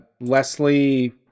Leslie